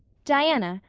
diana,